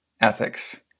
ethics